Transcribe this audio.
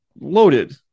loaded